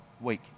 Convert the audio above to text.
week